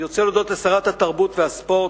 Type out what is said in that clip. אני רוצה להודות לשרת התרבות והספורט,